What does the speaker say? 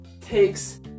takes